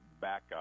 backup